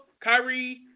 Kyrie